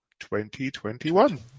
2021